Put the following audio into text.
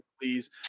please